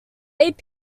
eight